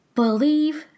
believe